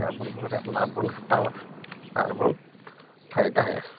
ᱟᱵᱚ ᱚᱱᱟ ᱨᱮᱭᱟᱜ ᱞᱟᱵᱽ ᱵᱚᱱ ᱦᱟᱛᱟᱣᱟ ᱟᱨ ᱵᱚᱱ ᱯᱷᱟᱭᱫᱟᱭᱟ